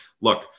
look